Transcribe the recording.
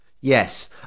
yes